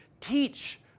teach